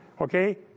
okay